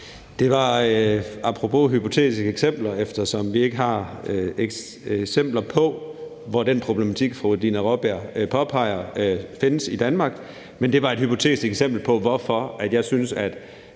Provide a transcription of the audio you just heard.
Det var, apropos hypotetiske eksempler, eftersom vi ikke har eksempler på, at den problematik, som fru Dina Raabjerg påpeger, findes i Danmark, et hypotetisk eksempel på, hvorfor jeg synes